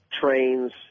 trains